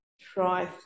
try